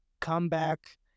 Comeback